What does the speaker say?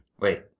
wait